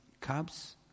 cubs